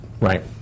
right